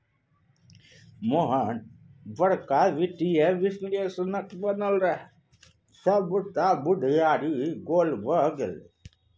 मोहन बड़का वित्तीय विश्लेषक बनय रहय सभटा बुघियारी गोल भए गेलै